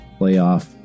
playoff